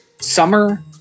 summer